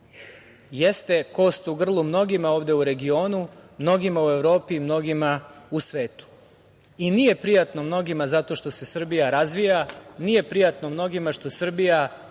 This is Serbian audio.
jeste kost u grlu mnogima ovde u regionu, mnogima u Evropi i mnogima u svetu. Nije prijatno mnogima zato što se Srbija razvija. Nije prijatno mnogima što Srbija